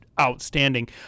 outstanding